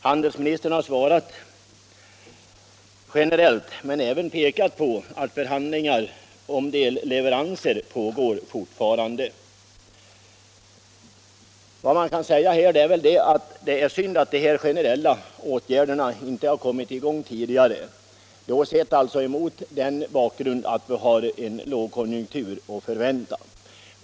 Handelsministern har svarat generellt men även anmärkt att förhandlingar om delleveranser från det aktuella företaget fortfarande pågår. Det är synd att de generella åtgärder handelsministern nämner inte har kommit i gång tidigare mot bakgrund av att vi har en lågkonjunktur att förvänta.